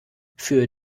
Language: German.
für